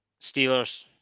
Steelers